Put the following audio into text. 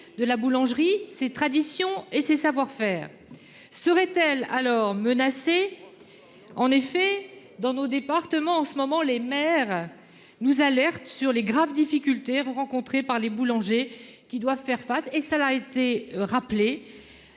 de la boulangerie ses traditions et ses savoir-faire serait-elle alors menacé. En effet dans nos départements en ce moment les maires. Nous alerte sur les graves difficultés rencontrées par les boulangers qui doivent faire face et ça l'a été rappelé.